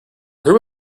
group